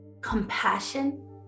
compassion